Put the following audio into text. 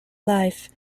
life